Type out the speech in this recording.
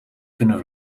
kunnen